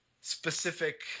specific